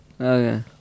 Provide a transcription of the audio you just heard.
Okay